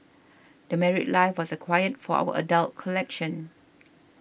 The Married Life was acquired for our adult collection